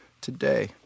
today